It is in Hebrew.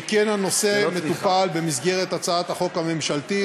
שכן הנושא מטופל במסגרת הצעת החוק הממשלתית,